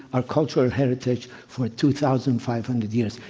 our cultural heritage for two thousand five hundred years.